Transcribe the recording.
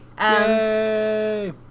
Yay